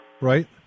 Right